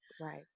right